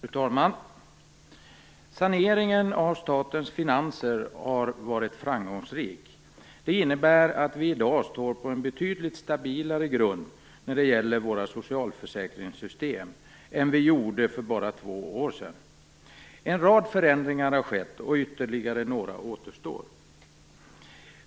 Fru talman! Saneringen av statens finanser har varit framgångsrik. Det innebär att vi i dag står på en betydligt stabilare grund när det gäller våra socialförsäkringssystem än vad vi gjorde för bara två år sedan En rad förändringar har skett och ytterligare några återstår.